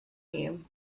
you